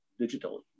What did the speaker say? digitally